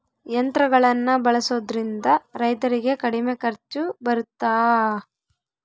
ಯಂತ್ರಗಳನ್ನ ಬಳಸೊದ್ರಿಂದ ರೈತರಿಗೆ ಕಡಿಮೆ ಖರ್ಚು ಬರುತ್ತಾ?